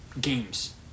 games